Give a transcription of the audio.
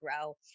grow